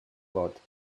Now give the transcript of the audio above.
vot